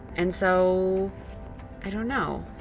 and so i don't know.